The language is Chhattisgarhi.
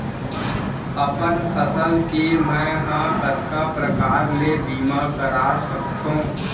अपन फसल के मै ह कतका प्रकार ले बीमा करा सकथो?